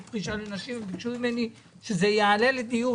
פרישה לנשים וביקשו ממני שזה יעלה לדיון.